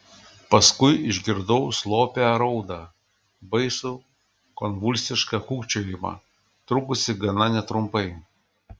paskui išgirdau slopią raudą baisų konvulsišką kūkčiojimą trukusį gana netrumpai